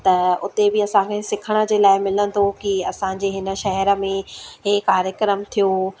त उते बि असांखे सिखण जे लाइ मिलंदो की असांजे हिन शहर में हे कार्यक्रम थियो